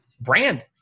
brand